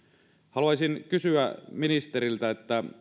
haluaisin kysyä ministeriltä